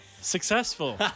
successful